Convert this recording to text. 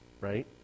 right